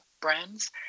brands